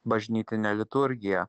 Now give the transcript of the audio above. bažnytine liturgija